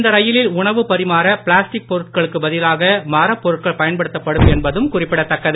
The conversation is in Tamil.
இந்த ரயிலில் உணவு பரிமாற பிளாஸ்டிக் பொருட்களுக்கு பதிலாக மரப் பொருட்கள் பயன்படுத்தப் படும் என்பதும் குறிப்பிடத்தக்கது